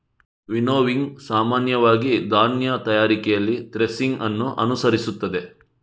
winnowing ಸಾಮಾನ್ಯವಾಗಿ ಧಾನ್ಯ ತಯಾರಿಕೆಯಲ್ಲಿ ಥ್ರೆಸಿಂಗ್ ಅನ್ನು ಅನುಸರಿಸುತ್ತದೆ